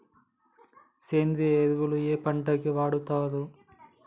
సేంద్రీయ ఎరువులు ఏ పంట కి వాడుతరు?